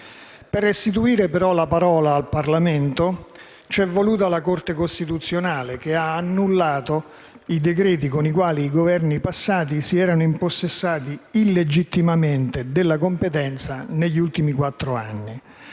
Per restituire però la parola al Parlamento, c'è voluta la Corte costituzionale, che ha annullato i decreti con i quali i Governi passati si erano impossessati illegittimamente della competenza negli ultimi quattro anni.